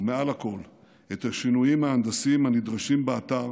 ומעל הכול את השינויים ההנדסיים הנדרשים באתר